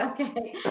Okay